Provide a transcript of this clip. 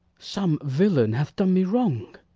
some villain hath done me wrong.